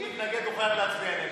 אם הוא מתנגד, הוא חייב להצביע נגד.